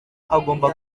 agomba